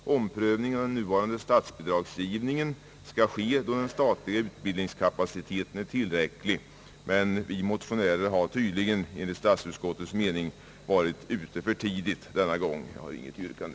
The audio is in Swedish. Om prövningen av den nuvarande statsbidragsgivningen skall ske, då den statliga utbildningskapaciteten är tillräcklig. Vi motionärer var denna gång i detta avseende något för tidigt ute. Jag har, herr talman, inget yrkande.